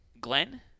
Glenn